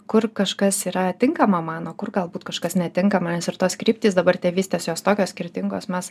kur kažkas yra tinkama mano kur galbūt kažkas netinkama nes ir tos kryptys dabar tėvystės jos tokios skirtingos mes